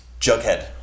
Jughead